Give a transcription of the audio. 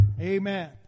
Amen